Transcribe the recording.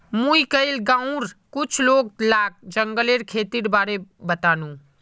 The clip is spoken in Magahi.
मुई कइल गांउर कुछ लोग लाक जंगलेर खेतीर बारे बतानु